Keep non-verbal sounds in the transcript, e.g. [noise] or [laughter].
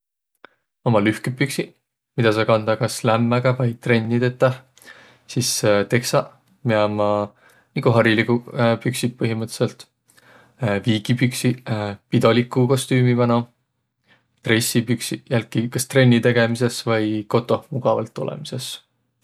Ummaq lühküq püksiq, midä saa kandaq kas lämmäga vai trenni teteh. Sis [hesitation] teksaq, miä ummaq nigu hariliguq püksiq põhimõttõlisõlt. [hesitation] Viigipüksiq [hesitation] pidoliku kostüümi manoq. Dressipüksiq jälki kas trenni tegemisõs vai kotoh mugavalt olõmisõs.